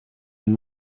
une